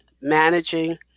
managing